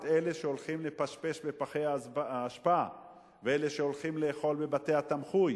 את אלה שהולכים לפשפש בפחי האשפה ואלה שהולכים לאכול בבתי-התמחוי